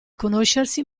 conoscersi